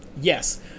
Yes